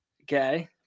Okay